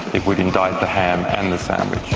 it would indict the ham and the sandwich.